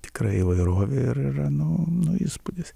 tikra įvairovė ir yra nu nu įspūdis